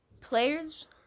players